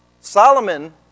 Solomon